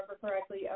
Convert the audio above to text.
correctly